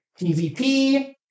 PvP